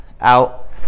out